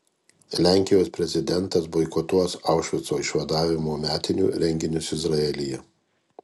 lenkijos prezidentas boikotuos aušvico išvadavimo metinių renginius izraelyje